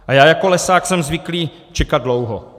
A já jako lesák jsem zvyklý čekat dlouho.